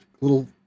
little